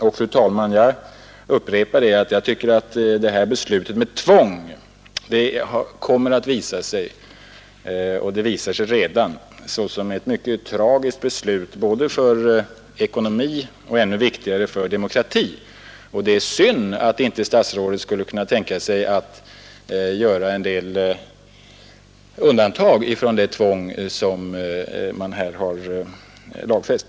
Jag upprepar, fru talman, att jag tycker att detta beslut om tvång redan har visat sig och kommer att visa sig vara ett mycket tragiskt beslut både för ekonomin och — ännu viktigare — för demokratin, och det är synd att inte statsrådet skulle kunna tänka sig att göra en del undantag från det tvång som man här har lagfäst.